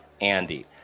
Andy